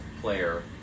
player